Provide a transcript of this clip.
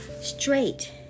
straight